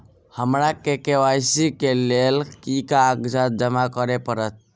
हमरा के.वाई.सी केँ लेल केँ कागज जमा करऽ पड़त?